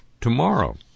tomorrow